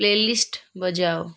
play list ବଜାଅ